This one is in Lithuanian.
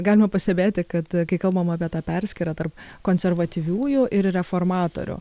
galima pastebėti kad kai kalbama apie tą perskyrą tarp konservatyviųjų ir reformatorių